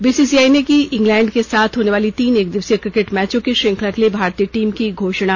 BCI ने की England के साथ होने वाली तीन एक दिवसीय क्रिकेट मैचों की श्रृंखला के लिए भारतीय टीम की घोषणा